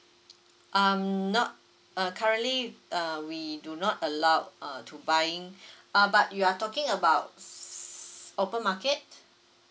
um not uh currently uh we do not allow uh to buying ah but you are talking about open market